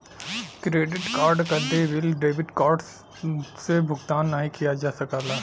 credit card क देय bill debit card से भुगतान नाहीं किया जा सकला